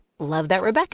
LoveThatRebecca